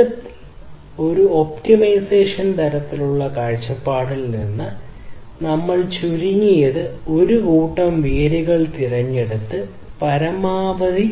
മൊത്തത്തിൽ ഒരു ഒപ്റ്റിമൈസേഷൻ തരത്തിലുള്ള കാഴ്ചപ്പാടിൽ നിന്ന് നമ്മൾ ചുരുങ്ങിയത് ഒരു കൂട്ടം വേരുകൾ തിരഞ്ഞെടുത്ത് പരമാവധി